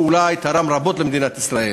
שאולי תרם רבות למדינת ישראל.